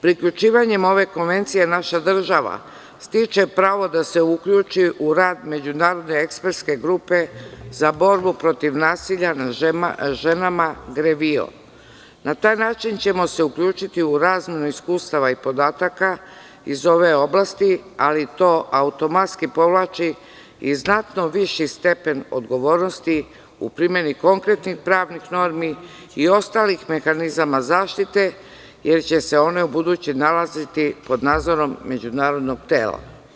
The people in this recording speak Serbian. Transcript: Priključivanjem ove konvencije naša država stiče pravo da se uključi u rad Međunarodne ekspertske grupe za borbu protiv nasilja nad ženama „GREVIO“ Na taj način ćemo se uključiti u razmenu iskustava i podataka iz ove oblasti, ali to automatski povlači i znatno viši stepen odgovornosti u primeni konkretnih pravnih normi i ostalih mehanizama zaštite, jer će se one ubuduće nalaziti pod nadzorom međunarodnog tela.